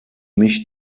mich